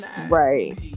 right